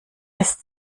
ist